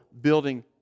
building